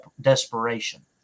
desperation